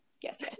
Yes